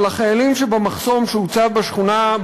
אבל החיילים שהיו במחסום שהוצב בשכונה,